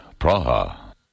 Praha